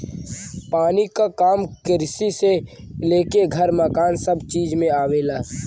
पानी क काम किरसी से लेके घर मकान सभ चीज में आवेला